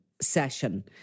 session